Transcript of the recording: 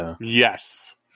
Yes